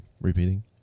repeating